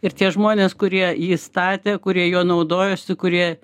ir tie žmonės kurie jį statė kurie juo naudojosi kurie